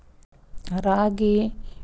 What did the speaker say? ರಾಗಿ ಬೆಳಿಗೊಳಿಗಿ ಯಾವ ಮಣ್ಣು ಇಳುವರಿ ಹೆಚ್ ಕೊಡ್ತದ?